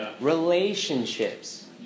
Relationships